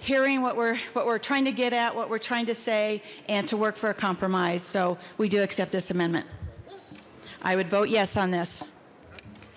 hearing what we're what we're trying to get at what we're trying to say and to work for a compromise so we do accept this amendment i would vote yes on this